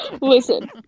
Listen